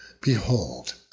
Behold